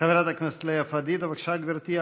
חברת הכנסת לאה פדידה, בבקשה, גברתי.